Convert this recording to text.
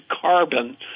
carbon